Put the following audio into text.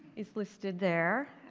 it's listed there,